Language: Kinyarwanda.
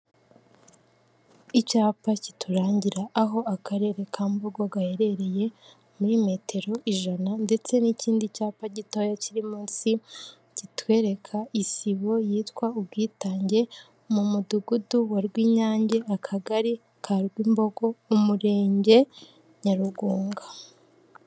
Icyapa kiturangira aho akarere ka mbugo gaherereye muri metero ijana ndetse n'ikindi cyapa gitoya kiri munsi kitwereka isibo yitwa Ubwitange, mu mudugudu wa Rwinyange, akagari ka Rwimbogo, umurenge Nyarugunga.